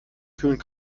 kühlen